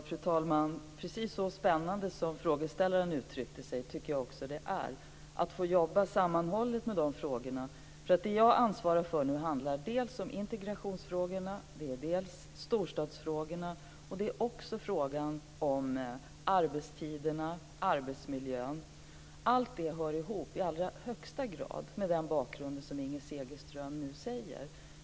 Fru talman! Precis så spännande som frågeställaren uttryckte det tycker jag också att det är att få jobba sammanhållet med nämnda frågor. Vad jag nu ansvarar för handlar dels om integrationsfrågorna, dels om storstadsfrågorna. Men det är också fråga om arbetstiderna och arbetsmiljön. Alla de här frågorna hör i allra högsta grad ihop med den bakgrund som Inger Segelström här nämner.